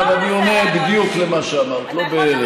אגב, אני עונה בדיוק על מה שאמרת, לא בערך.